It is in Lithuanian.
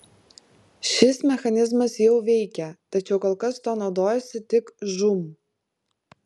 šis mechanizmas jau veikia tačiau kol kas tuo naudojasi tik žūm